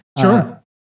Sure